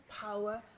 power